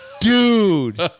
Dude